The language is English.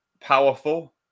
powerful